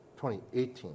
2018